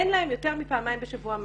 אין להם מים יותר מפעמיים בשבוע.